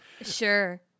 sure